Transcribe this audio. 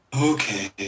Okay